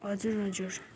हजुर हजुर